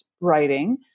writing